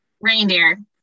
Reindeer